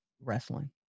wrestling